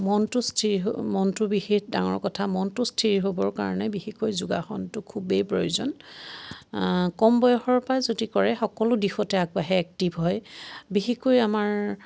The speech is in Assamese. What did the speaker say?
মনটো স্থিৰ হৈ মনটো বিশেষ ডাঙৰ কথা মনটো স্থিৰ হ'বৰ কাৰণে বিশেষকৈ যোগাসনটো খুবেই প্ৰয়োজন কম বয়সৰ পৰাই যদি কৰে সকলো দিশতে আগবাঢ়ে এক্টিভ হয় বিশেষকৈ আমাৰ